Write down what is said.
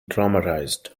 traumatized